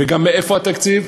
וגם מאיפה התקציב,